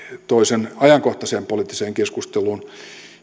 toi sen ajankohtaiseen poliittiseen keskusteluun